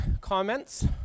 comments